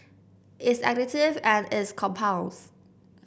it's additive and it's compounds